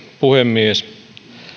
puhemies